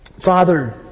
Father